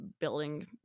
building